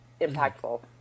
impactful